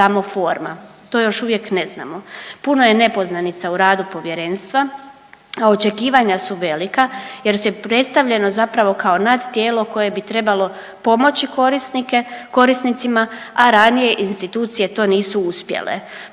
to još uvijek ne znamo. Puno je nepoznanica u radu Povjerenstva, a očekivanja su velika jer je predstavljeno zapravo kao nadtijelo koje bi trebalo pomoći korisnike, korisnicima, a ranije institucije to nisu uspjele,